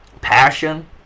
passion